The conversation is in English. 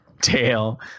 tail